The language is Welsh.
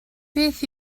beth